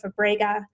Fabrega